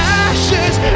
ashes